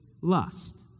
lust